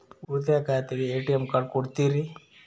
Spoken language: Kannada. ಉಳಿತಾಯ ಖಾತೆಗೆ ಎ.ಟಿ.ಎಂ ಕಾರ್ಡ್ ಕೊಡ್ತೇರಿ?